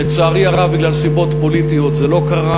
לצערי הרב, בגלל סיבות פוליטיות זה לא קרה.